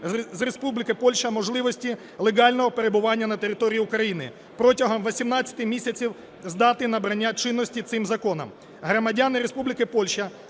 з Республіки Польща, можливості легального перебування на території України протягом 18 місяців з дати набрання чинності цим законом. Громадяни Республіки Польща,